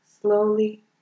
slowly